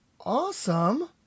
Awesome